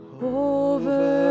over